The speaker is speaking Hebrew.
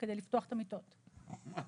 מקבילה של סורוקה,